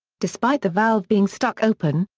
despite the valve being stuck open,